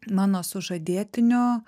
mano sužadėtiniu